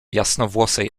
jasnowłosej